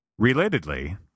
Relatedly